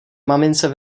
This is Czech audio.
mamince